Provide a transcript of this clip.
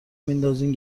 میندازین